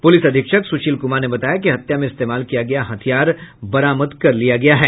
police अधीक्षक सुशील कुमार ने बताया कि हत्या में इस्तेमाल किया गया हथियार बरामद कर लिया गया है